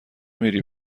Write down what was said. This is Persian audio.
میری